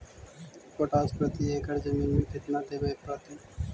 Potash प्रति एकड़ जमीन में केतना देबे पड़तै?